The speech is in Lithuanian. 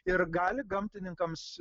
ir gali gamtininkams